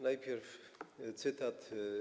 Najpierw cytat.